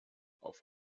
auf